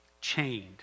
chained